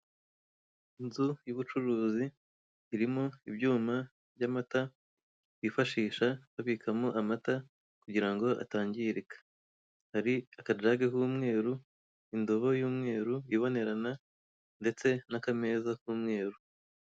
Inzu y'ubucuruzi irimo ibyuma by'amata, bifashisha babikamo amata kugira ngo atangirika, hari akajage k'umweru, indobo y'umweru ibonerana ndetse n'akameza k'umweru.